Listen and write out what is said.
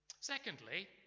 Secondly